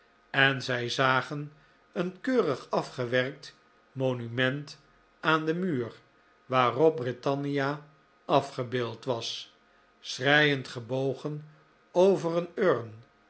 en zij zagen een keurig afgewerkt monument aan den muur waarop britannia afgebeeld was schreiend gebogen over een urn